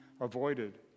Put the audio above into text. avoided